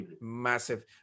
massive